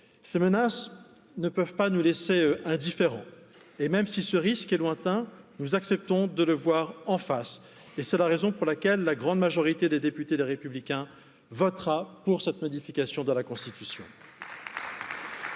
ces menaces ne peuvent pas nous laisser indifférents, et même si ce risque est lointain, nous acceptons de le voir en face et c'est la raison pour laquelle la grande majorité des députés des Républicains voteront pour cette modification de la Constitution.